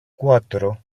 cuatro